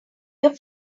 your